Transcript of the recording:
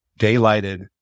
daylighted